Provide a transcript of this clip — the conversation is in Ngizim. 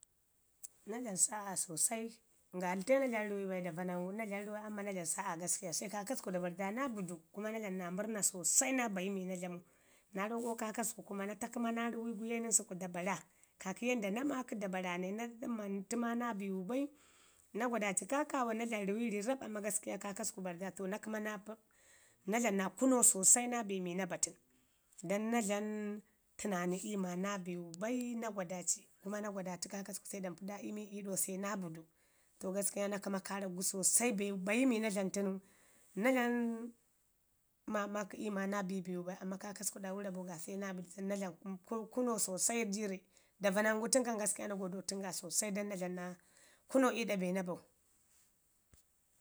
Na dlamu sa'a sosai ngalte naa dlamu juwi bai, davanangu na dlamu juwai amman naa dlamu sa'a gaskiya, se kaakasku da bari da naa bi du kuma na dlamu naa murna sosai naa bayi mi naa dlamu. Naa roko kaakasku kuma na ta kəma na numi guye ye nən səku da bara, kakə yanda naa maaku da bara nai na tsammantu maa naa biwu bai na gwadaci kaa kaama naa dlami ruwi ri rap amma kaakasku bari da, to na kəma naap pə na dlamu naakuno sosai naa be mii naaba tənu, don na dlamu tənaani iyu maa na biwu bai, kuma naa gwadaci se kaakasku se da mpi da ii mi ii ɗau se naa bi du. To gaskiya naa kəma karak gu sosai, be bayi mi naa dlamu tən, na dlamu maamki iyu ma naa ki biwu bai amman kaakasku ɗawu rabo ga se na bi du se dlamu kun kuno sosai jioole. Davanangu gaskiya naa godotən ga sosai don na dlamu naa kuno iiɗa be na bau.